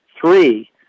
Three